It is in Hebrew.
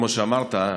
כמו שאמרת,